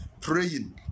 Praying